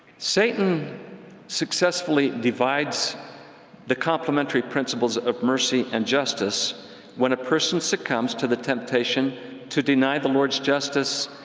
satan successfully divides the complementary principles of mercy and justice when a person succumbs to the temptation to deny the lord's justice.